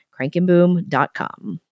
crankandboom.com